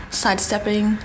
sidestepping